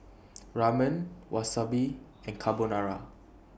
Ramen Wasabi and Carbonara